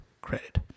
credit